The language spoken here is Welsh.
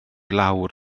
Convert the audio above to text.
lawr